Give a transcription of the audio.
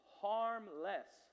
harmless